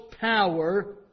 power